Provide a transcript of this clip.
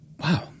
wow